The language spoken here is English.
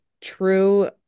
true